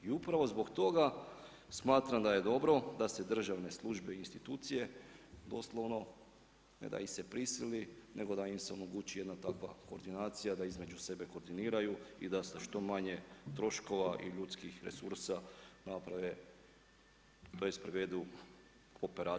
I upravo zbog toga smatram da je dobro da se državne službe i institucije doslovno, ne da ih se prisili nego da im se omogući jedna takva koordinacija, da između sebe koordiniraju i da sa što manje troškova i ljudskih resursa naprave tj. privedu operaciju do završetka.